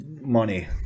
money